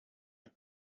the